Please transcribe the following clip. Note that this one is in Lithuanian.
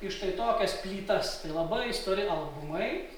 į štai tokias plytas tai labai stori albumai